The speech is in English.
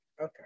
Okay